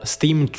Steam